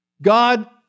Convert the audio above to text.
God